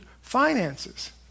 finances